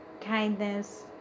kindness